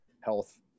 health